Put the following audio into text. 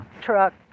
truck